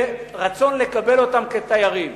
ורצון לקבל אותם כתיירים.